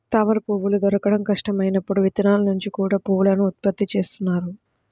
తామరపువ్వులు దొరకడం కష్టం అయినప్పుడు విత్తనాల నుంచి కూడా పువ్వులను ఉత్పత్తి చేస్తున్నారు